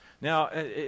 Now